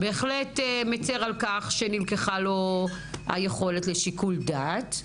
בהחלט מצר על כך שנלקחה לו היכולת לשיקול דעת.